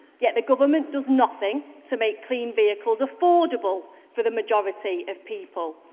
yet the government does nothing to make clean vehicles affordable for the majority of people.